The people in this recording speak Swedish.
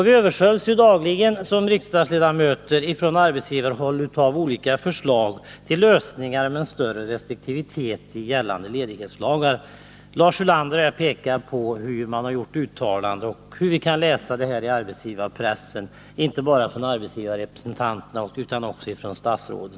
Vi riksdagsledamöter översköljs nästan dagligen från arbetsgivarhåll av förslag om större restriktivitet i gällande ledighetslagar. Lars Ulander har pekat på uttalanden som gjorts och som vi kan läsa i arbetsgivarpressen, uttalanden inte bara från arbetsgivarrepresentanter utan också av statsråd.